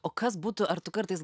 o kas būtų ar tu kartais